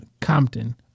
compton